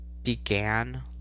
began